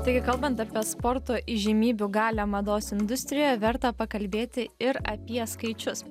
taigi kalbant apie sporto įžymybių galią mados industrijoje verta pakalbėti ir apie skaičius